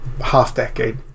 half-decade